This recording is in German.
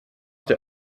der